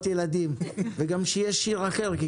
להעיר הרבה.